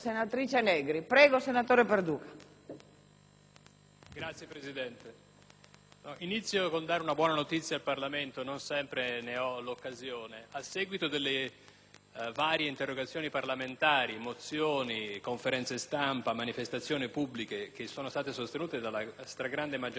inizio il mio intervento dando una buona notizia al Parlamento. Non sempre ne ho l'occasione. A seguito delle varie interrogazioni parlamentari, mozioni, conferenze stampa, manifestazioni pubbliche che sono state sostenute dalla stragrande maggioranza dei parlamentari italiani, finalmente l'organizzazione dei